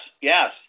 yes